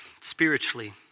spiritually